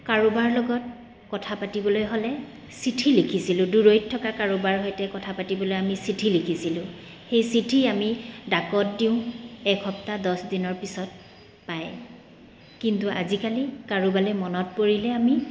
কাৰোবাৰ লগত কথা পাতিবলৈ হ'লে চিঠি লিখিছিলোঁ দূৰৈত থকা কাৰোবাৰ সৈতে কথা পাতিবলৈ আমি চিঠি লিখিছিলোঁ সেই চিঠি আমি ডাকত দিওঁ এক সপ্তাহ দছ দিনৰ পিছত পায় কিন্তু আজিকালি কাৰোবালৈ মনত পৰিলে আমি